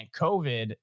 COVID